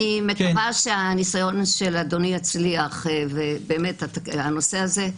אני מקווה שהניסיון של אדוני יצליח -- נעבוד על זה.